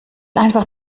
einfach